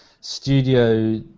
studio